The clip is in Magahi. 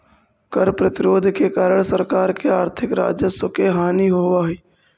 कर प्रतिरोध के कारण सरकार के आर्थिक राजस्व के हानि होवऽ हई